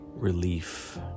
relief